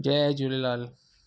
Jay Jhulelal